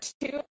two